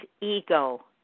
ego